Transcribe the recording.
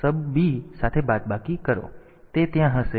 તેથી તે ત્યાં હશે